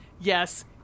yes